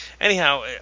Anyhow